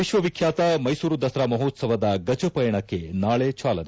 ವಿಶ್ವವಿಖ್ಯಾತ ಮೈಸೂರು ದಸರಾ ಮಹೋತ್ವವದ ಗಜಪಯಣಕ್ಕೆ ನಾಳೆ ಚಾಲನೆ